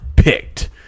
Picked